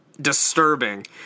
disturbing